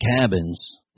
cabins